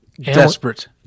Desperate